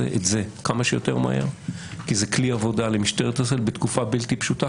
כמה שיותר מהר כי זה כלי עבודה למשטרת ישראל בתקופה בלתי פשוטה